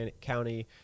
county